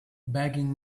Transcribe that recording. begging